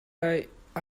i—i